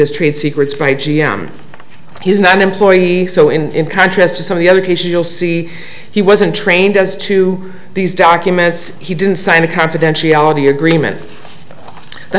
as trade secrets by g m he's not an employee so in contrast to some of the other cases you'll see he wasn't trained as to these documents he didn't sign a confidentiality agreement the